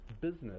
business